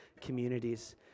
communities